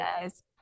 guys